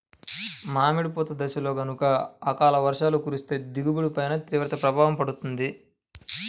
మామిడి పూత దశలో గనక అకాల వర్షాలు కురిస్తే దిగుబడి పైన తీవ్ర ప్రభావం పడుతుంది